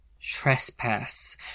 trespass